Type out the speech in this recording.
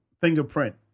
fingerprint